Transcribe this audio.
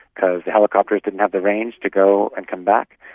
because the helicopters didn't have the range to go and come back,